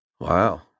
Wow